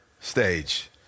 stage